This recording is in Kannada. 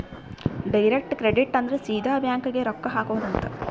ಡೈರೆಕ್ಟ್ ಕ್ರೆಡಿಟ್ ಅಂದ್ರ ಸೀದಾ ಬ್ಯಾಂಕ್ ಗೇ ರೊಕ್ಕ ಹಾಕೊಧ್ ಅಂತ